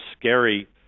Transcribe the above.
scary